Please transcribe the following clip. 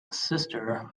sister